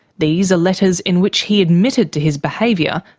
these are letters in which he admitted to his behaviour,